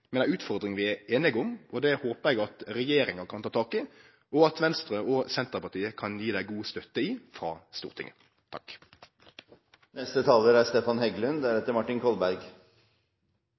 men med ei utfordring vi er einige om. Det håpar eg at regjeringa kan ta tak i, og at Venstre og Senterpartiet kan gje ho god støtte i frå Stortinget.